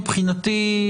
מבחינתי,